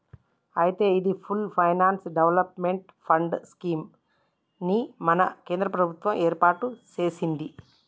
అయితే the full finance development fund scheme ని మన కేంద్ర ప్రభుత్వం ఏర్పాటు సెసింది